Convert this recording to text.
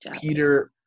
Peter